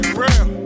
real